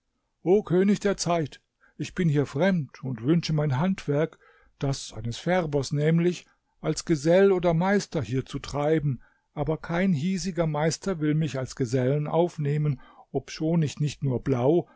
o könig der zeit ich bin hier fremd und wünsche mein handwerk das eines färbers nämlich als gesell oder meister hier zu treiben aber kein hiesiger meister will mich als gesellen aufnehmen obschon ich nicht nur blau